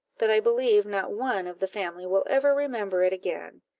that i believe not one of the family will ever remember it again.